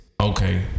Okay